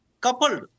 coupled